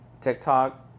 TikTok